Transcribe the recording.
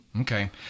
Okay